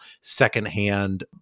secondhand